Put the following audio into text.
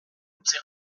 utzi